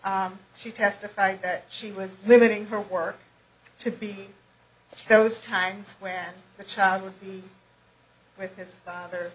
she testified that she was limiting her work to be those times when the child would be with his father